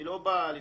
אני לא בא לתקוף.